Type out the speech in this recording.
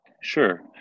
Sure